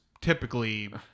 typically